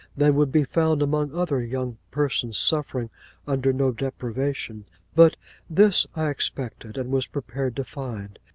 than would be found among other young persons suffering under no deprivation but this i expected and was prepared to find.